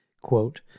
Quote